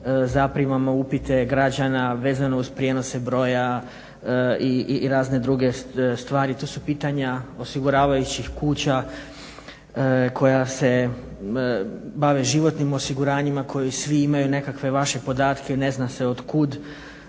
zaprimamo upite građana vezane uz prijenose broja i razne druge stvari. To su pitanja osiguravajućih kuća koja se bave životnim osiguranjima, koji svi imaju nekakve vaše podatke, ne zna se od kud.